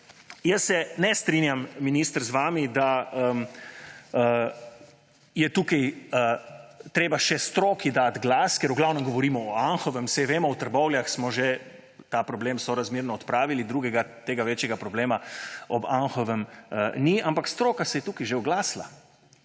Jaz se ne strinjam, minister, z vami, da je tu treba še stroki dati glas, ker v glavnem govorimo o Anhovem − saj vemo, v Trbovljah smo ta problem razmeroma že odpravili, drugega takega večjega problema ob Anhovem ni. Ampak stroka se je tu že oglasila.